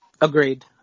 Agreed